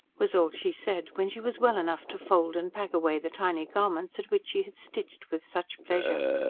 was all she said, when she was well enough to fold and pack away the tiny garments at which she had stitched with such pleasure.